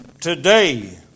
Today